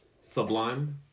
Sublime